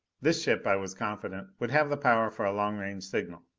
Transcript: this ship, i was confident, would have the power for a long range signal,